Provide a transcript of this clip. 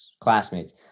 classmates